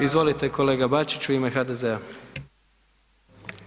Izvolite kolega Bačić, u ime HDZ-a.